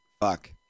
fuck